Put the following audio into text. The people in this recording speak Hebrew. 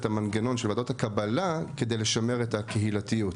המנגנון של ועדות הקבלה כדי לשמר את הקהילתיות?